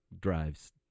drives